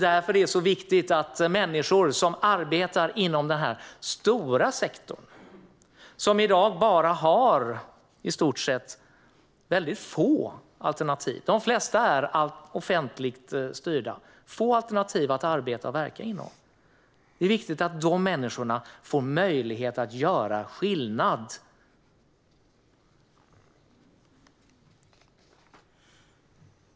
Därför är det så viktigt att människor som arbetar inom denna stora sektor och som i dag har väldigt få alternativ att arbeta och verka inom - de flesta är offentligt styrda - får möjlighet att göra skillnad.